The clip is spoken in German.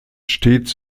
stets